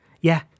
Yeah